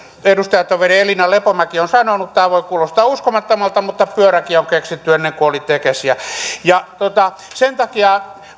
edustajatoveri elina lepomäki on sanonut tämä voi kuulostaa uskomattomalta mutta pyöräkin on keksitty ennen kuin oli tekesiä mitä hallitus sen takia